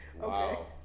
Wow